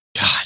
God